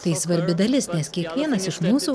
tai svarbi dalis nes kiekvienas iš mūsų